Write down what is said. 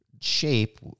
shape